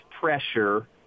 pressure